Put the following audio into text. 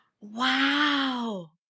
Wow